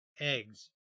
Eggs